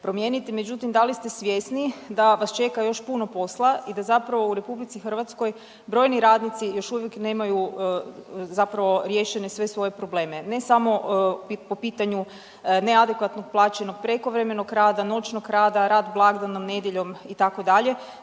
promijeniti. Međutim, da li ste svjesni da vas čeka još puno posla i da zapravo u RH brojni radnici još uvijek nemaju zapravo riješene sve svoje probleme? Ne samo po pitanju neadekvatnog plaćenog prekovremenog rada, noćnog rada, rad blagdanom, nedjeljom, itd.,